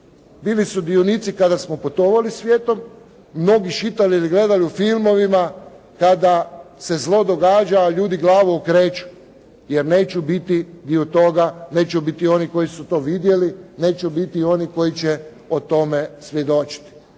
bili sudionici kada smo putovali svijetom, mnogi čitali ili gledali u filmovima kada se zlo događa a ljudi glavu okreću, jer neće biti dio toga, neće biti oni koji su to vidjeli, neće biti oni koji će o tome svjedočiti.